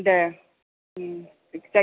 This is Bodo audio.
दे उम